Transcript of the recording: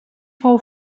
fou